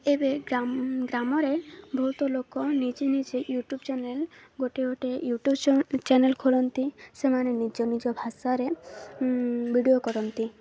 ଏବେ ଗ୍ରାମରେ ବହୁତ ଲୋକ ନିଜେ ନିଜେ ୟୁଟ୍ୟୁବ୍ ଚ୍ୟାନେଲ୍ ଗୋଟେ ଗୋଟେ ୟୁଟ୍ୟୁବ୍ ଚ୍ୟାନେଲ୍ ଖୋଲନ୍ତି ସେମାନେ ନିଜ ନିଜ ଭାଷାରେ ଭିଡ଼ିଓ କରନ୍ତି